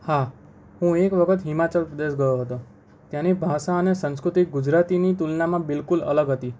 હા હું એક વખત હિમાચલ પ્રદેશ ગયો હતો ત્યાંની ભાષા અને સંસ્કૃતિ ગુજરાતીની તુલનામાં બિલકુલ અલગ હતી